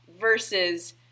versus